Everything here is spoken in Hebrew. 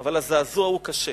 אבל הזעזוע הוא קשה.